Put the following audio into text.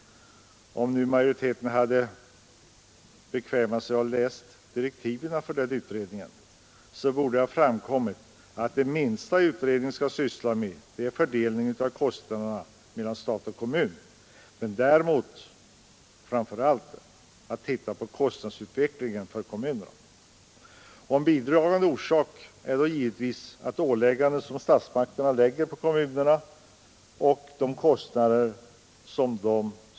Om majoriteten hade bekvämat sig att läsa direktiven för denna utredning, borde det ha framkommit att det minsta denna utredning skall syssla med är kostnadsfördelningen mellan stat och kommun. Däremot skall den framför allt undersöka kostnadsutvecklingen för kommunerna. En bidragande orsak till kostnadsutvecklingen är då givetvis de uppgifter som statsmakterna lägger på kommunerna.